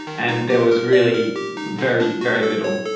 and there was really very, very little.